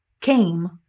came